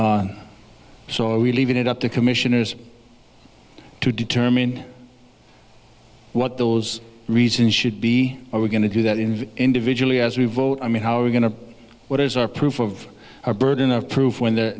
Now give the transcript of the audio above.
so we leave it up the commissioners to determine what those reasons should be are we going to do that in individually as we vote i mean how are we going to what is our proof of our burden of proof when the